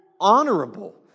honorable